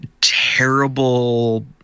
terrible